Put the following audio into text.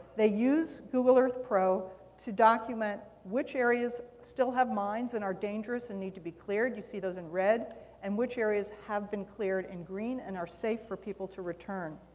they use google earth pro to document which areas still have mines and are dangerous and need to be cleared you see those in red and which areas have been cleared in green and are safe for people to return.